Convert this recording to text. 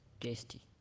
tasty